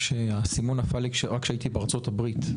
האסימון נפל לי רק כשהייתי בארצות הברית,